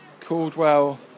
Caldwell